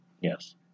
Yes